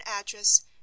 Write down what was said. address